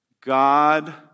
God